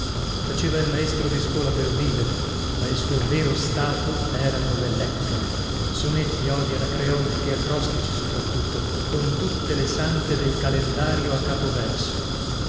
faceva il maestro di scuola per vivere ma il suo vero stato erano le lettere sonetti odi anacreontiche acrostici soprattutto con tutte le sante del calendario a capoverso